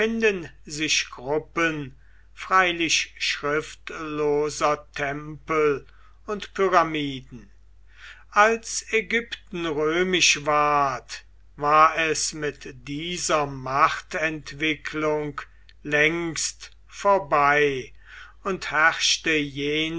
gruppen freilich schriftloser tempel und pyramiden als ägypten römisch ward war es mit dieser machtentwicklung längst vorbei und herrschte